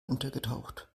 untergetaucht